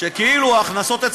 שכאילו ההכנסות,